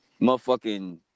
motherfucking